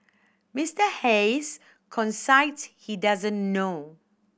Mister Hayes concedes he doesn't know